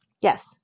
Yes